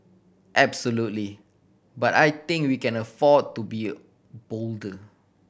absolutely but I think we can afford to be bolder